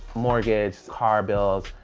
mortgage, car bills,